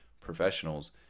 professionals